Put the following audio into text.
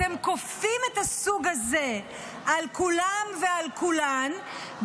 אתם כופים את הסוג הזה על כולם ועל כולן,